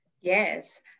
Yes